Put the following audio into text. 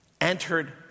entered